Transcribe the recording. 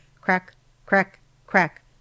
crack-crack-crack